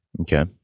Okay